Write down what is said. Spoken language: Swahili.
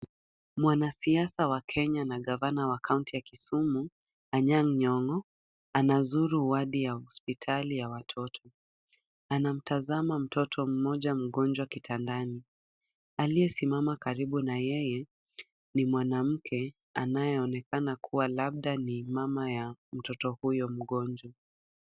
Mwanasiasa wa Kenya na ngavana wa kaunti ya Kisumu Anyang' Nyong'o, anazuru wadi ya hospitali ya watoto. Anamtazama mtoto mmoja mgonjwa kitandani. Aliyesimama karibu nayeye, ni mwanamke anayeonekana kuwa labda ni mama ya mtoto huyo mgonjwa.